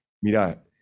mira